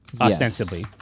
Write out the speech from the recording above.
ostensibly